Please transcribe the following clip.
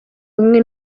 ubumwe